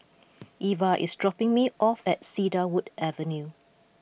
Eva is dropping me off at Cedarwood Avenue